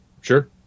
Sure